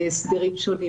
בהסדרים שונים,